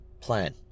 Plan